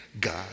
God